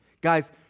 Guys